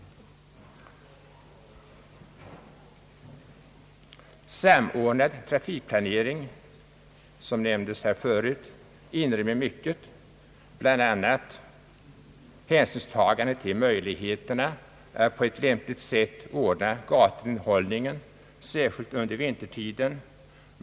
Samordnad = trafikplanering, som nämndes här förut av statsrådet, inrymmer mycket, bl.a. hänsynstagande till möjligheterna att på ett lämpligt sätt ordna gaturenhållningen, särskilt vintertid.